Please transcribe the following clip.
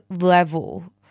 level